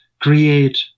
create